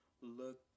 look